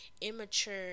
immature